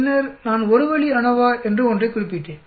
பின்னர் நான் ஒரு வழி அநோவா என்று ஒன்றைக் குறிப்பிட்டேன்